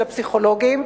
של הפסיכולוגים,